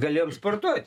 galėjom sportuoti